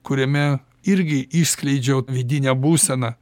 kuriame irgi išskleidžiau vidinę būseną